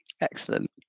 Excellent